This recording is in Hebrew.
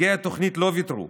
הוגי התוכנית לא ויתרו.